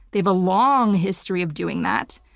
they have a long history of doing that.